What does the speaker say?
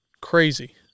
Crazy